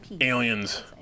aliens